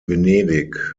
venedig